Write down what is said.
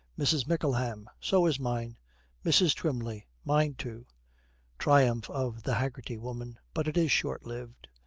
mrs. mickleham. so is mine mrs. twymley. mine too triumph of the haggerty woman. but it is short-lived.